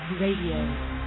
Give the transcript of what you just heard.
Radio